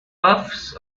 puffs